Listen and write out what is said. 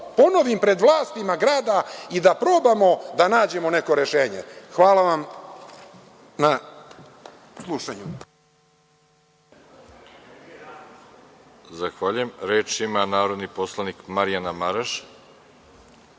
ponovim pred vlastima grada i da probamo da nađemo neko rešenje. Hvala vam na slušanju.